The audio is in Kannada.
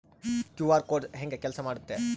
ಕ್ಯೂ.ಆರ್ ಕೋಡ್ ಹೆಂಗ ಕೆಲಸ ಮಾಡುತ್ತೆ?